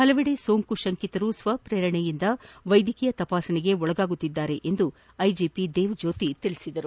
ಪಲವೆಡೆ ಸೋಂಕು ಶಂಕತರು ಸ್ವಶ್ರೇರಣೆಯಿಂದ ವೈದ್ಯಕೀಯ ತಪಾಸಣೆಗೆ ಒಳಗಾಗುತ್ತಿದ್ದಾರೆ ಎಂದು ಐಜಿಪಿ ದೇವ್ಜ್ಲೋತಿ ತಿಳಿಸಿದರು